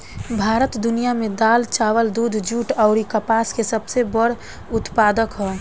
भारत दुनिया में दाल चावल दूध जूट आउर कपास के सबसे बड़ उत्पादक ह